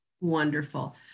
Wonderful